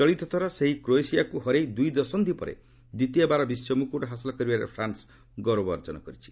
ଚଳିତଥର ସେହି କ୍ରୋଏସିଆକୁ ହରାଇ ଦୁଇ ଦଶନ୍ଧି ପରେ ଦ୍ୱିତୀୟବାର ବିଶ୍ୱ ମୁକୁଟ ହାସଲ କରିବାର ଫ୍ରାନ୍ସ ଗୌରବ ଅର୍ଜନ କରିଛି